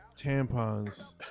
tampons